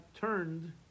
turned